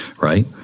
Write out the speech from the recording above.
right